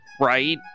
right